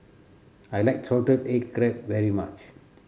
I like salted egg crab very much